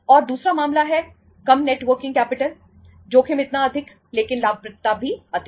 और दूसरा मामला है कम नेट वर्किंग कैपिटल जोखिम इतना अधिक लेकिन लाभप्रदता भी अधिक